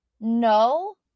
no